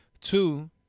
Two